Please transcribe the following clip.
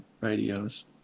radios